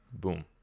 Boom